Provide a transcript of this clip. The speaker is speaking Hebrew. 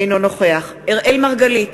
אינו נוכח אראל מרגלית,